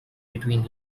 between